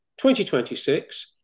2026